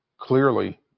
Clearly